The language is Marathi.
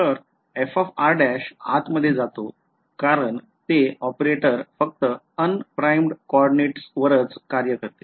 तर आतमध्ये जाते कारण ते ऑपरेटर फक्त unprimed कोऑर्डिनेट्सवरच कार्य करते